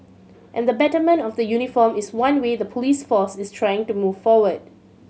and the betterment of the uniform is one way the police force is trying to move forward